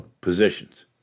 positions